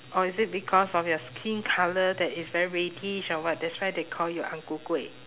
or is it because of your skin colour that is very reddish or what that's why they call you a ang ku kueh